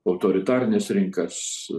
autoritarines rinkas